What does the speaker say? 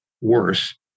worse